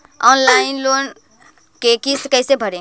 Online loan के किस्त कैसे भरे?